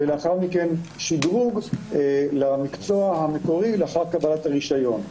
ולאחר מכן שדרוג למקצוע המקורי לאחר קבלת הרישיון.